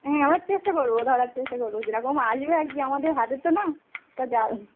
হ্যাঁ এবার চেষ্টা করবো ধরার চেষ্টা করবো যেরকম আসবে আরকি আমাদের হাতে তো না এবার যা